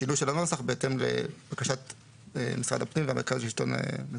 שינוי של הנוסח בהתאם לבקשת משרד הפנים ומרכז השלטון המקומי.